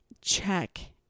Check